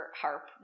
harp